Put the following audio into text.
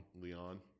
Leon